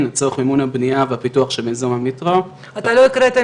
כי אם זה הפוך ואם מתברר שדברים לא יצאו